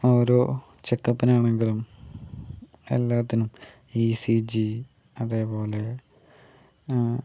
ഓരോ ചെക്കപ്പിന് ആണെങ്കിലും എല്ലാത്തിനും ഇ സി ജി അതേപോലെ